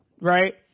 Right